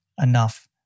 enough